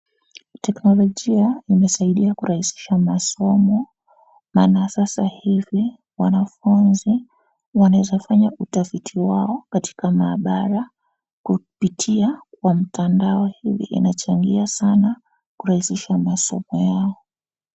Teknologia imesaidia kurahisisha masomo maana sasa hivi wanafunzi wanaweza fanya utafiti wao katika mahabara kupitia kwa mtandao hivi inasaidia sana kurahisisha masomo yao.